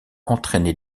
entraîner